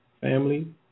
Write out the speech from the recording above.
family